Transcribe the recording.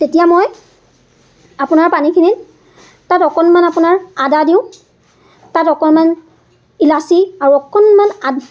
তেতিয়া মই আপোনাৰ পানীখিনিত তাত অকণমান আপোনাৰ আদা দিওঁ তাত অকণমান ইলাচি আৰু অকণমান আদা